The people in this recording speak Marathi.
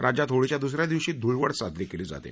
राज्यात होळीच्या द्रसऱ्या दिवशी ध्ळवड साजरी केली जाते